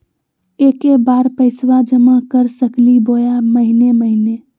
एके बार पैस्बा जमा कर सकली बोया महीने महीने?